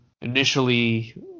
initially